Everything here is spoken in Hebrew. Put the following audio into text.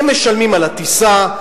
הם משלמים על הטיסה,